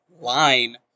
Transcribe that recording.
line